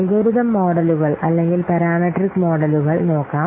algorithm മോഡലുകൾ അല്ലെങ്കിൽ parametric മോഡലുകൾ നോക്കാം